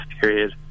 period